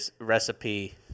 recipe